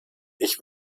ich